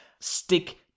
stick